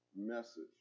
message